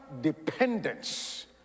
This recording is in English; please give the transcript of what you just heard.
dependence